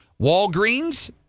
Walgreens